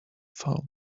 found